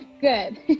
Good